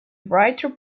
write